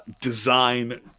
design